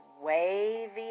wavy